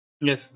Yes